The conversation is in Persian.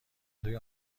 دوی